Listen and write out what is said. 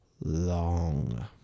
long